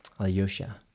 Alyosha